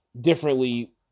differently